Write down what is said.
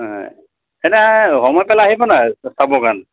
অঁ তেনে সময় পালে আহিবানা চাবৰ কাৰণ